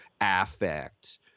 affect